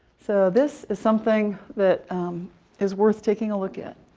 so this is something that is worth taking a look at.